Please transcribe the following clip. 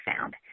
found